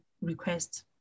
request